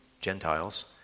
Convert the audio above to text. Gentiles